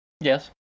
Yes